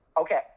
Okay